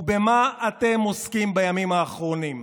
ובמה אתם עוסקים בימים האחרונים?